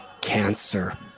cancer